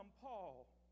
Paul